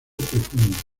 profundas